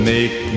Make